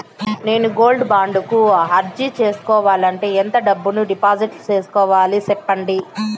నేను gold bond కు అర్జీ సేసుకోవాలంటే ఎంత డబ్బును డిపాజిట్లు సేసుకోవాలి సెప్పండి